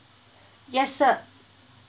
yes sir